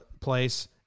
place